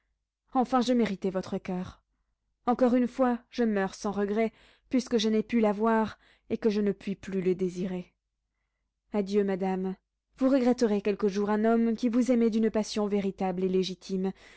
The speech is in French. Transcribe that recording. enfin je méritais votre coeur encore une fois je meurs sans regret puisque je n'ai pu l'avoir et que je ne puis plus le désirer adieu madame vous regretterez quelque jour un homme qui vous aimait d'une passion véritable et légitime